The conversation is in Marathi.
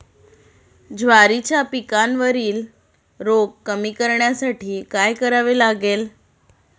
ज्वारीच्या पिकावरील रोग कमी करण्यासाठी काय करावे लागेल?